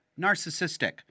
narcissistic